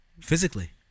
Physically